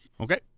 Okay